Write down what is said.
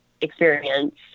experience